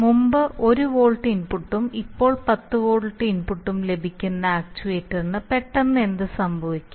മുമ്പ് 1 വോൾട്ട് ഇൻപുട്ടും ഇപ്പോൾ 10 വോൾട്ട് ഇൻപുട്ടും ലഭിക്കുന്ന ആക്ച്യുവേറ്ററിന് പെട്ടെന്ന് എന്ത് സംഭവിക്കും